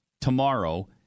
tomorrow